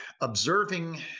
observing